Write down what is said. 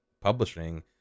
publishing